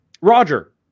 Roger